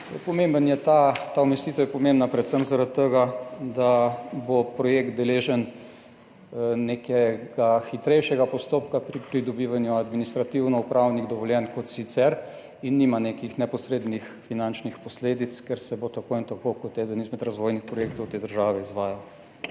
Ta umestitev je pomembna predvsem zaradi tega, da bo projekt deležen nekega hitrejšega postopka pri pridobivanju administrativnih upravnih dovoljenj kot sicer, in nima nekih neposrednih finančnih posledic, ker se bo tako in tako kot eden izmed razvojnih projektov te države izvajal.